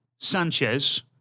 Sanchez